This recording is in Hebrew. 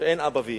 שאין אבא ואמא,